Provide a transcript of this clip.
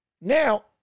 now